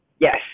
Yes